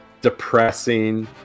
Depressing